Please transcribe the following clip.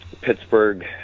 Pittsburgh